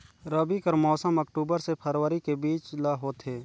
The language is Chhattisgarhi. रबी कर मौसम अक्टूबर से फरवरी के बीच ल होथे